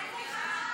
אני מוכנה,